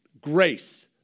grace